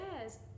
yes